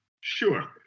Sure